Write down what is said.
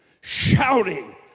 shouting